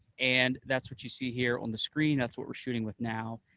and that's what you see here on the screen. that's what we're shooting with now.